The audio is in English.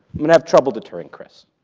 i'm gonna have trouble deterring chris,